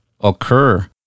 occur